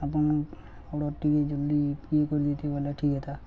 ଆପଣ ଅର୍ଡ଼ର ଟିକେ ଜଲ୍ଦି ପ୍ୟାକ୍ କରିଦେଇଥିତେ ବୋଇଲେ ଠିକ୍ ହେଇଥିତା